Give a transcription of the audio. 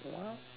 ya